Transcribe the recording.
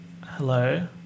hello